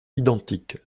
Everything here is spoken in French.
identiques